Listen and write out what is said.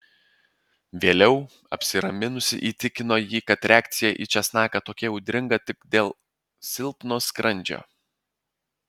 vėliau apsiraminusi įtikino jį kad reakcija į česnaką tokia audringa tik dėl silpno skrandžio